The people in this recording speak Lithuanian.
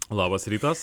labas rytas